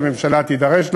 שהממשלה תידרש לה.